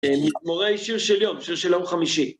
מזמורי שיר של יום, שיר של יום חמישי.